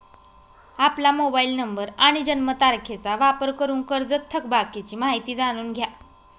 आपला mobile number आणि जन्मतारखेचा वापर करून कर्जत थकबाकीची माहिती जाणून घ्या